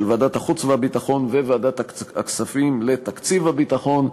ועדת החוץ והביטחון וועדת הכספים לתקציב הביטחון: